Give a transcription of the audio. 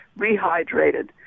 rehydrated